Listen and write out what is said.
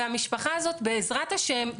והמשפחה הזאת בעזרת השם,